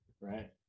right